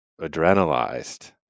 adrenalized